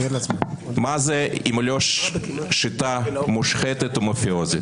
מה זה אם לא שיטה מושחתת ומאפיוזית?